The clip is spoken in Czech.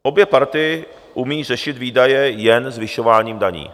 Obě party umí řešit výdaje jen zvyšováním daní.